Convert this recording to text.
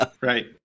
right